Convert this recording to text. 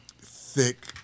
thick